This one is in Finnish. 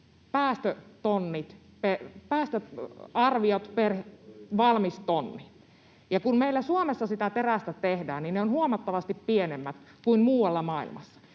päästöarviot per valmis tonni, ja kun meillä Suomessa sitä terästä tehdään, niin ne ovat huomattavasti pienemmät kuin muualla maailmassa.